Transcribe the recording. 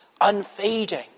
Unfading